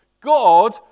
God